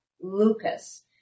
Lucas